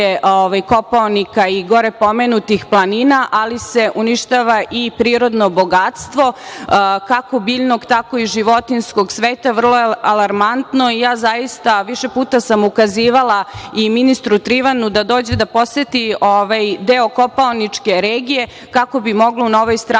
Kopaonika i gore pomenutih planina, ali se uništava i prirodno bogatstvo, kako biljnog, tako i životinjskog sveta. Vrlo je alarmantno i zaista sam više puta ukazivala i ministru Trivanu da dođe da poseti ovaj deo Kopaoničke regije kako bi moglo na ovoj strategiji